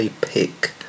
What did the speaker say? Pick